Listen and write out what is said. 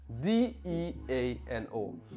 D-E-A-N-O